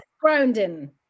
grounding